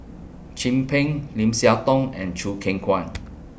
Chin Peng Lim Siah Tong and Choo Keng Kwang